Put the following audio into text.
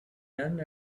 done